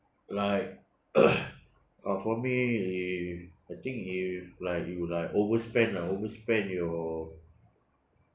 like uh for me if I think if like you like overspend ah overspend your